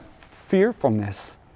fearfulness